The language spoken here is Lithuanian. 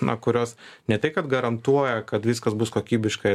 na kurios ne tai kad garantuoja kad viskas bus kokybiškai